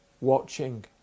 watching